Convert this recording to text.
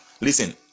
Listen